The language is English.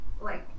like-